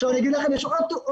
עכשיו אני אגיד לך, יש עוד תופעה.